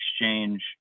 exchange